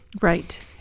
Right